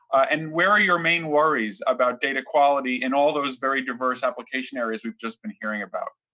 and where are your main worries about data quality in all those very diverse application areas we've just been hearing about?